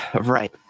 Right